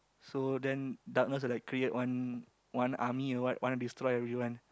so then darkness will like create one one army want like destroy everyone